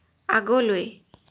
আগলৈ